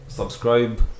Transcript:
Subscribe